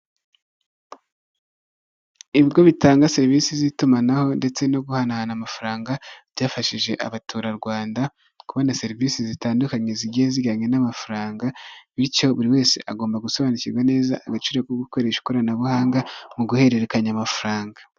Ibigo bitanga serivisi z'itumanaho ndetse no guhanahana amafaranga byafashije abaturarwanda kubona serivisi zitandukanye zigiye zijyanye n'amafaranga, bityo buri wese agomba gusobanukirwa neza agaciro ko gukoresha ikoranabuhanga mu guhererekanya amafaranga.